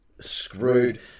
Screwed